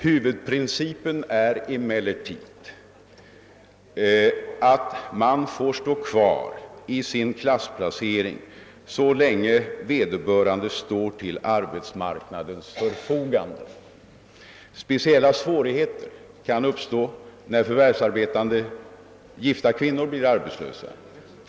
Huvudprincipen är emellertid att man får stå kvar i sin klassplacering så länge man står till arbetsmarknadens förfogande. Speciella svårigheter kan uppstå när förvärvsarbetande gifta kvinnor blir arbetslösa.